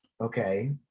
Okay